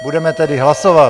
Budeme tedy hlasovat.